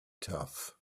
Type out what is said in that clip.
thought